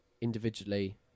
individually